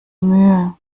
mühe